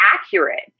accurate